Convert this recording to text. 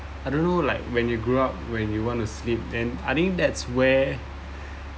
I don't know like when you grew up when you want to sleep then I think that's where